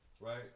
right